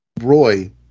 Roy